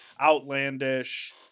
outlandish